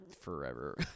Forever